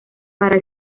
para